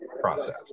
process